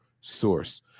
source